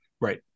Right